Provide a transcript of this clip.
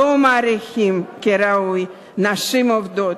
לא מעריכים כראוי נשים עובדות.